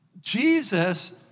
Jesus